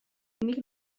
nik